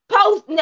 post